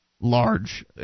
large